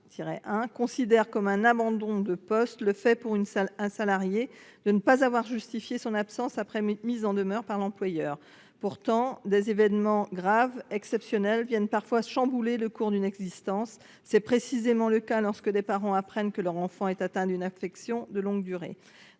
définit comme un abandon de poste le fait, pour un salarié, de ne pas avoir justifié son absence après une mise en demeure par l’employeur. Pourtant, des événements graves et exceptionnels viennent parfois chambouler le cours d’une existence. C’est précisément le cas lorsque des parents apprennent que leur enfant est atteint d’une affection de longue durée.